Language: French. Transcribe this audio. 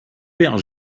père